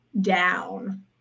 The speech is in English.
down